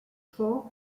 for